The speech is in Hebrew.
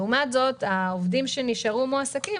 לעומת זה העובדים שנשארו מועסקים,